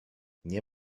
nie